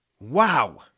Wow